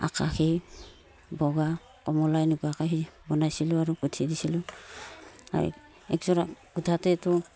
আকাশী বগা কমলা এনেকুৱাকৈ সেই বনাইছিলোঁ আৰু পঠিয়াই দিছিলোঁ আৰু একযোৰা গোঁঠোতেইতো